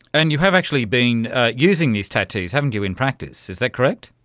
and you have actually been using these tattoos, haven't you, in practice, is that correct?